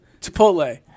Chipotle